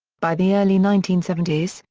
by the early nineteen seventy s,